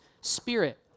spirit